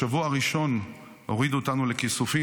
בשבוע הראשון הורידו אותנו לכיסופים,